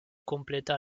kompleta